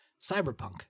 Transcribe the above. cyberpunk